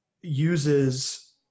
uses